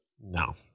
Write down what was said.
no